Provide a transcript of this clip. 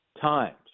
times